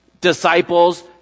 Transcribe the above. disciples